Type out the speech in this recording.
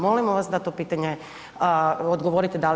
Molimo vas da to pitanje odgovorite da li